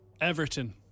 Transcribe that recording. Everton